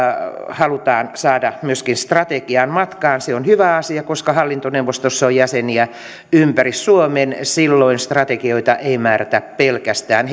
halutaan saada myöskin strategiaan matkaan se on hyvä asia koska hallintoneuvostossa on jäseniä ympäri suomen silloin strategioita ei määrätä pelkästään